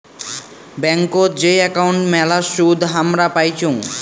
ব্যাংকোত যেই একাউন্ট মেলা সুদ হামরা পাইচুঙ